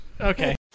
Okay